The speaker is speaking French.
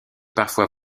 parfois